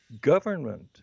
government